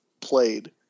played